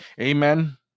amen